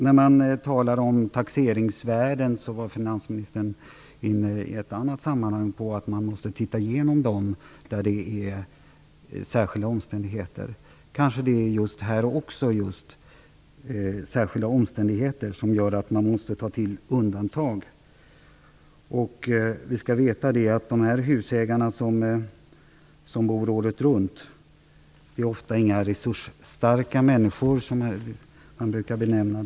När vi talar om taxeringsvärden var finansministern i ett annat sammanhang inne på att man måste titta över dem där det finns särskilda omständigheter. Det kanske just här är fråga om särskilda omständigheter som gör att man måste ta till undantag. Vi skall veta att de husägare som bor året runt ofta inte är vad man brukar benämna resursstarka människor.